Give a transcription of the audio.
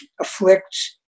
afflicts